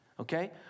Okay